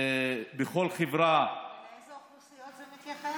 בכל חברה, לאיזה אוכלוסיות זה מתייחס?